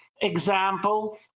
example